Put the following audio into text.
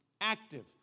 active